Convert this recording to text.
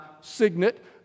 signet